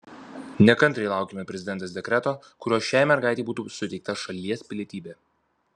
nekantriai laukiame prezidentės dekreto kuriuo šiai mergaitei būtų suteikta šalies pilietybė